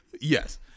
Yes